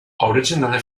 originally